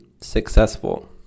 successful